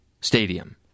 stadium